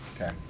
Okay